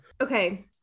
Okay